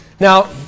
Now